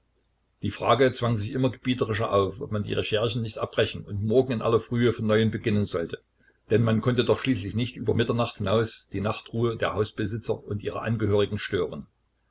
die frage zwang sich immer gebieterischer auf ob man die recherchen nicht abbrechen und morgen in aller frühe von neuem beginnen sollte denn man konnte doch schließlich nicht über mitternacht hinaus die nachtruhe der hausbesitzer und ihrer angehörigen stören